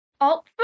alt